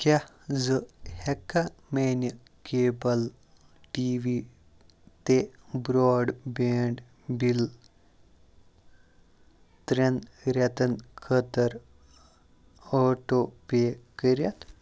کیٛاہ زٕ ہٮ۪ککھا میٛانہِ کیبَل ٹی وی تہِ برٛاڈ بینٛڈ بِل ترٛٮ۪ن رٮ۪تن خٲطٕر آٹو پے کٔرِتھ